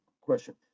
question